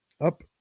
up